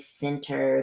center